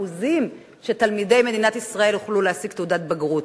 של תלמידי מדינת ישראל שיוכלו להשיג תעודת בגרות.